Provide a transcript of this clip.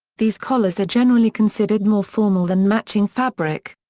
these collars are generally considered more formal than matching fabric.